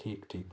ਠੀਕ ਠੀਕ